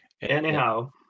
Anyhow